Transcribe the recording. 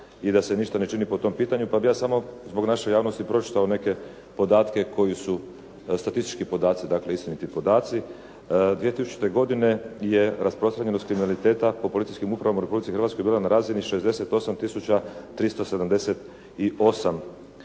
i da se ništa ne čini po tom pitanju, pa bih ja samo zbog naše javnosti pročitao neke podatke koji su statistički podaci, dakle istiniti podaci. 2000. godine je rasprostranjenost kriminaliteta po policijskim upravama u Republici Hrvatskoj bila na razini 68378